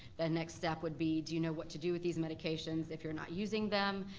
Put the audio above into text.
the next step would be, do you know what to do with these medications if you're not using them?